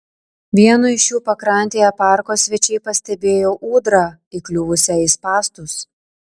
vieno iš jų pakrantėje parko svečiai pastebėjo ūdrą įkliuvusią į spąstus